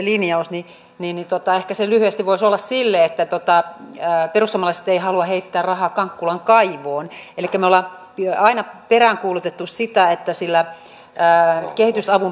me olemme eläneet yli varojemme nyt jo ainakin kahdeksan vuoden ajan ja jos me emme tätä saa kääntymään nyt lähivuosina niin meillä tulee äärimmäisen suuret ongelmat euroalueen sisällä